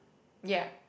ya